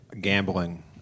Gambling